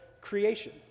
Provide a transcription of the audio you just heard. creation